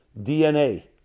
DNA